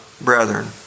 brethren